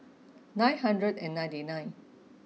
nine hundred and ninety nine